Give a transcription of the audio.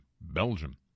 Belgium